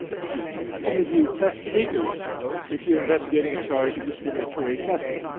excuse me, and interview test-takers if you're investigating a charge of discriminatory testing.